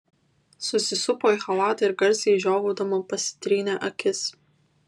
susisupo į chalatą ir garsiai žiovaudama pasitrynė akis